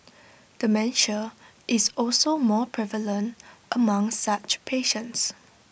dementia is also more prevalent among such patients